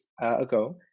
ago